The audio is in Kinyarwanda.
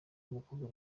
umukobwa